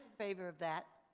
favor of that.